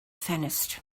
ffenestr